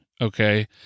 okay